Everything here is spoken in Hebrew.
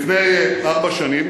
לפני ארבע שנים